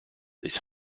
these